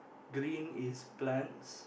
green is plants